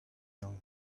young